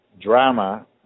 drama